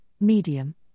medium